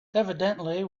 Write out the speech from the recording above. evidently